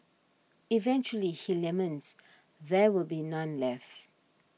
eventually he laments there will be none left